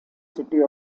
city